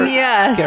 yes